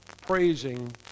praising